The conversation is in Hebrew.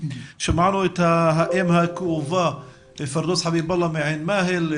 שמענו את האם הכאובה פירדאוס חביב אללה מעין מאהל,